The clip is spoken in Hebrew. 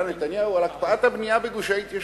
נתניהו על הקפאת הבנייה בגושי ההתיישבות.